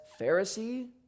Pharisee